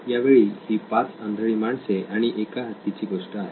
यावेळी ही पाच आंधळी माणसे आणि एका हत्तीची गोष्ट आहे